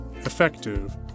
effective